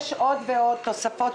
יש עוד ועוד תוספות.